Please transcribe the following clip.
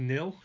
Nil